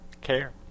care